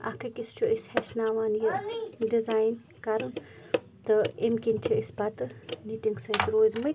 اَکھ أکِس چھُ أسۍ ہیٚچھناوان یہِ ڈِزایِن کَرُن تہٕ امہِ کِنۍ چھِ أسۍ پَتہٕ نِٹِنٛگ سۭتۍ روٗدۍ مٕتۍ